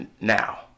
now